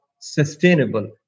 sustainable